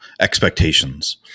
expectations